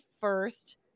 first